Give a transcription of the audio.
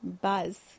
buzz